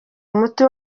umuti